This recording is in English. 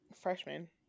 freshman